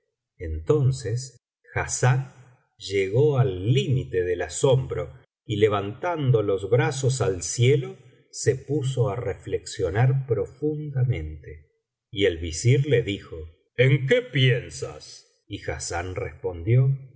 entonces hassán llegó al límite del asombro y levantando los brazos al cielo se puso á reflexionar profundamente y el visir le dijo en qué piensas y hassán respondió